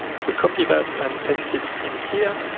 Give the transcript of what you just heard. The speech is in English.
so copy that and paste it in here